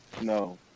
no